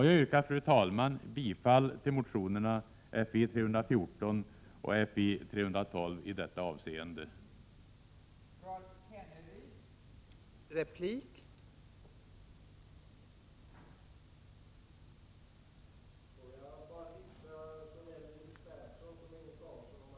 Jag yrkar, fru talman, bifall till motionerna Fi314 och Fi312 i detta avseende samt till Fi310.